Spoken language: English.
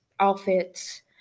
outfits